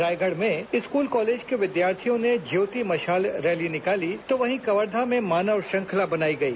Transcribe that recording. रायगढ़ में school college के विद्यार्थियों ने ज्योति मशाल रैली निकाली तो वहीं कवर्धा में मानव श्रृंखला बनाई गई